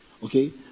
Okay